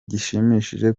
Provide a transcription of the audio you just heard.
gishimishije